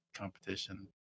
competition